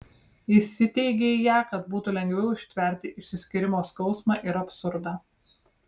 įsiteigei ją kad būtų lengviau ištverti išsiskyrimo skausmą ir absurdą